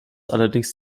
allerdings